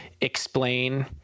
explain